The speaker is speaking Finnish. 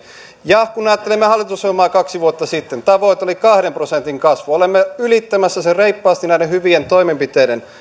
ja kun ajattelemme hallitusohjelmaa kaksi vuotta sitten tavoite oli kahden prosentin kasvu olemme ylittämässä sen reippaasti näiden hyvien toimenpiteiden